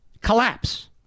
collapse